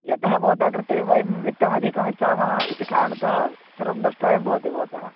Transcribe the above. यतः भवतः कृते वयं वित्तमधिकं यच्छामः इति कारणतः सर्वं द्रष्टव्यं भवति भवतः